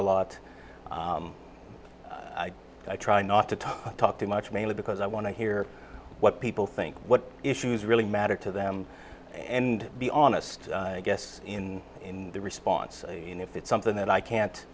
lot i try not to talk talk too much mainly because i want to hear what people think what issues really matter to them and be honest i guess in the response and if it's something that i can't